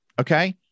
Okay